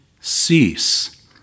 cease